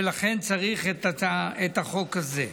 ולכן צריך את החוק הזה.